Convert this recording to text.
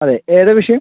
അതെ ഏതാ വിഷയം